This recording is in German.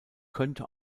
könnte